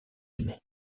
unis